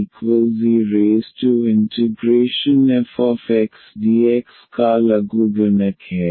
Ixefxdx का लघुगणक है